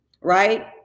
right